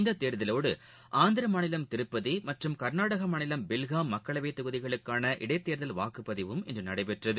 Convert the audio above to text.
இந்த தேர்தலோடு ஆந்திர மாநிலம் திருப்பதி மற்றும் கள்நாடக மாநிலம் பெல்ஹாம் மக்களவை தொகுதிகளுக்கான இடைத்தேர்தல் வாக்குப்பதிவும் இன்று நடைபெற்றது